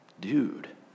dude